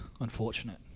unfortunate